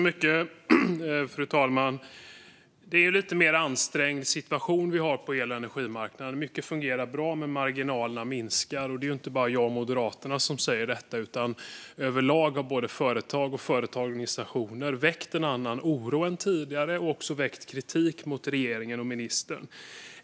Fru talman! Det är en lite mer ansträngd situation vi har på el och energimarknaden. Mycket fungerar bra, men marginalerna minskar. Det är inte bara jag och Moderaterna som säger detta, utan överlag har både företag och företagsorganisationer väckt en annan oro än tidigare och också väckt kritik mot regeringen och ministern.